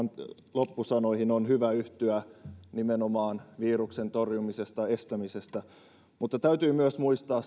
loppusanoihin on hyvä yhtyä nimenomaan viruksen torjumisesta estämisestä mutta täytyy myös muistaa